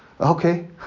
okay